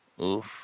Oof